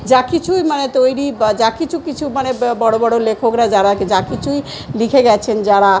যা কিছুই মানে তৈরি বা যা কিছু কিছু মানে বড় বড় লেখকরা যারা যা কিছুই লিখে গিয়েছেন যারা